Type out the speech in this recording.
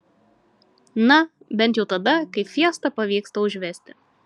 na bent jau tada kai fiesta pavyksta užvesti